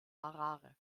harare